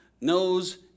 knows